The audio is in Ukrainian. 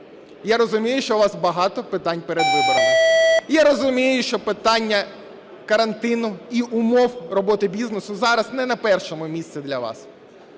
я розумію, що у вас багато питань перед виборами. Я розумію, що питання карантину і умов роботи бізнесу зараз не на першому місці для вас.